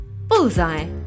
Bullseye